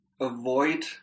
avoid